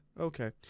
Okay